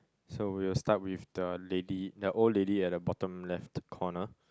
so we will start with the lady the old lady at the bottom left corner